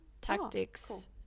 tactics